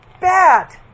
Bad